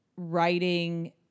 writing